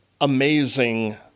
amazing